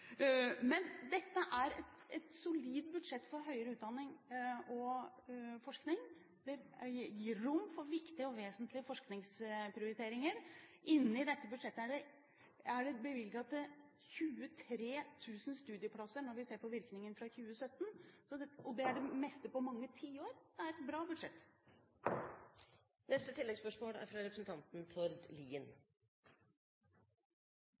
Men dette er et solid budsjett for høyere utdanning og forskning. Det gir rom for viktige og vesentlige forskningsprioriteringer. I dette budsjettet er det bevilget til 23 000 studieplasser, om vi ser på virkningen fram til 2017. Det er det meste på mange tiår. Det er et bra budsjett. Tord Lien – til oppfølgingsspørsmål. Mitt spørsmål går til fiskeriministeren. Næringsrettet forskning er